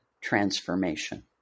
transformation